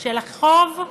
של החוב?